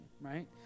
right